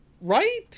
Right